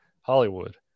Hollywood